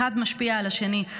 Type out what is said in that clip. אחד משפיע על השני.